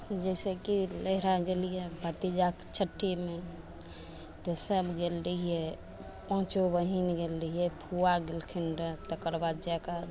जइसेकि नहिरा गेलिए भतीजाके छट्ठीमे तऽ सभ गेल रहिए पाँचो बहिन गेल रहिए फुआ गेलखिन रहै तकर बाद जाके